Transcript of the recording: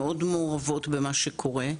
מאוד מעורבות במה שקורה.